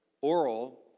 oral